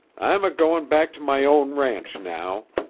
i'm a-going back to my own ranch now.